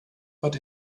but